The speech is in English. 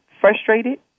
frustrated